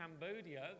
Cambodia